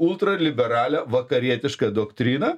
ultraliberalią vakarietišką doktriną